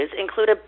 include